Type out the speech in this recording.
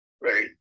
right